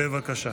בבקשה.